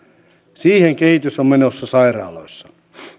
siihen kehitys on menossa sairaaloissa